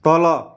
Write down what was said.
तल